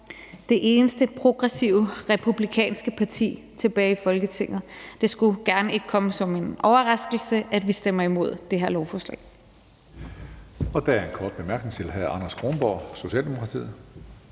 det eneste progressive republikanske parti tilbage Folketinget. Det skulle gerne ikke komme som en overraskelse, at vi stemmer imod det her lovforslag.